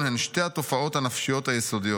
הן שתי התופעות הנפשיות היסודיות: